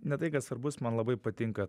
ne tai kad svarbus man labai patinka